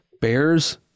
Bears